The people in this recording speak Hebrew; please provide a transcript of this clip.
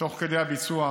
תוך כדי הביצוע,